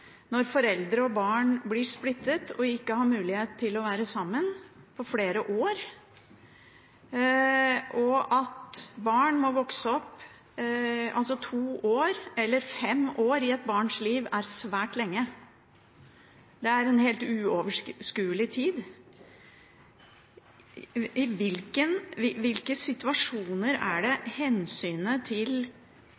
når foreldre og barn blir splittet og ikke har mulighet til å være sammen på flere år? Fem år i et barns liv er svært lenge. Det er en uoverskuelig lang tid. Hvordan har man ivaretatt hensynet til barna hvis man mener at det er riktig at disse familiene ikke skal få være sammen, og at det